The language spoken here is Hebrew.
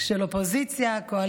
למען הציבור של אופוזיציה וקואליציה.